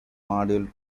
module